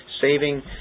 saving